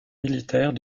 militaire